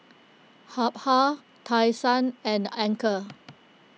Habhal Tai Sun and Anchor